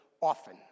often